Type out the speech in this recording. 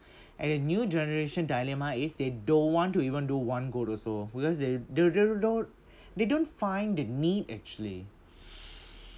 and a new generation dilemma is they don't want to even do one goat also because they they do~ do~ do~ they don't find the need actually